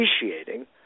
appreciating